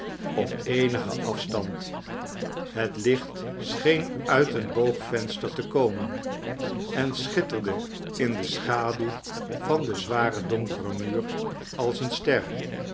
op eenigen afstand het iicht scheen uit een boogvenster te komen en schitterde in de schaduw van den zwaren donkeren muur als eene ster